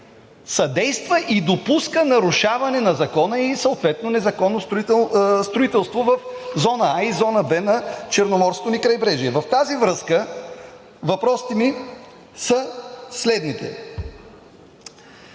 съдейства и допуска нарушаване на закона и съответно незаконно строителство в зона „А“ и зона „Б“ на Черноморското ни крайбрежие. В тази връзка въпросите ми са следните: